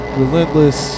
relentless